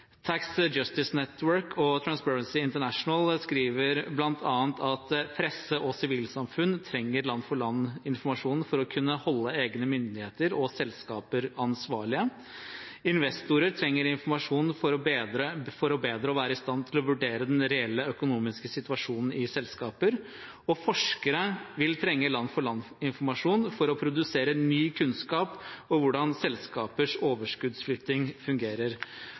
Tax Justice Network og Transperency International skriver bl.a. at presse og sivilsamfunn trenger land-for-land-informasjon for å kunne holde egne myndigheter og selskaper ansvarlige. Investorer trenger informasjon for bedre å være i stand til å vurdere den reelle økonomiske situasjonen i selskaper, og forskere vil trenge land-for-land-informasjon for å produsere ny kunnskap om hvordan selskapers overskuddsflytting fungerer.